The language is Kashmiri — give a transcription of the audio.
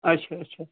اَچھا اَچھا